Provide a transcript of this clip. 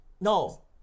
No